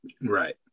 Right